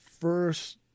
first